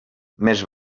més